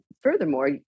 furthermore